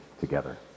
together